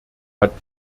hat